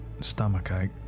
stomachache